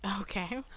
Okay